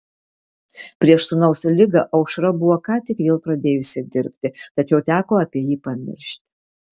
prieš sūnaus ligą aušra buvo ką tik vėl pradėjusi dirbti tačiau teko apie jį pamiršti